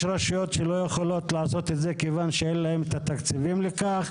יש רשויות שלא יכולות לעשות את זה כיוון שאין להן את התקציבים לכך,